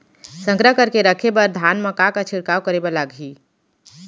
संग्रह करके रखे बर धान मा का का छिड़काव करे बर लागही?